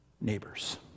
neighbors